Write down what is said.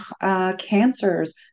cancers